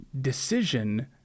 decision